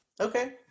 Okay